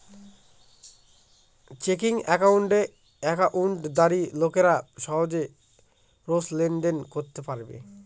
checking একাউণ্টে একাউন্টধারী লোকেরা সহজে রোজ লেনদেন করতে পারবে